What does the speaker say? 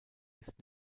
ist